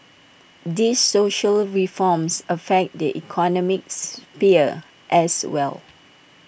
these social reforms affect the economic sphere as well